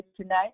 tonight